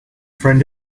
friend